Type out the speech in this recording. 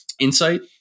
insight